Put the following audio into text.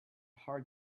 hard